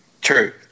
True